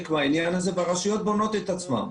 מהעניין הזה והרשויות בונות את עצמן,